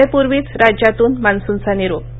वेळेपूर्वीच राज्यातून मान्सूनचा निरोप